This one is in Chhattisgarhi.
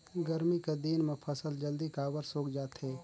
गरमी कर दिन म फसल जल्दी काबर सूख जाथे?